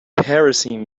harassing